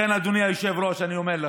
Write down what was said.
לכן, אדוני היושב-ראש, אני אומר לך,